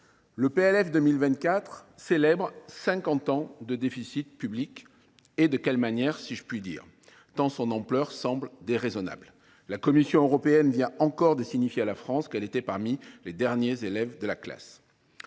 pour 2024 célèbre cinquante ans de déficits publics. Et de quelle manière, si je puis dire, tant l’ampleur du déficit semble déraisonnable ! La Commission européenne vient encore de signaler à la France qu’elle était parmi les derniers élèves de la classe.